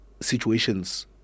situations